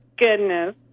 goodness